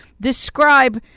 describe